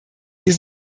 wir